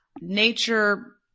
nature